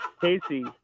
Casey